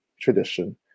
tradition